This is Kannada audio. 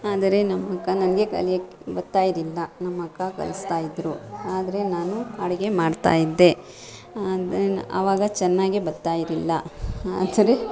ಆದರೆ ನಮ್ಮಕ್ಕ ನನಗೆ ಕಲಿಯಕ್ಕೆ ಬತ್ತಾಯಿರ್ಲಿಲ್ಲ ನಮ್ಮಕ್ಕ ಕಲ್ಸ್ತಾಯಿದ್ರು ಆದರೆ ನಾನು ಅಡುಗೆ ಮಾಡ್ತಾಯಿದ್ದೆ ಅಂ ದೆ ಆವಾಗ ಚೆನ್ನಾಗೇ ಬತ್ತಾಯಿರ್ಲಿಲ್ಲ ಸರಿ